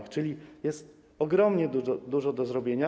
Czyli jest ogromnie dużo do zrobienia.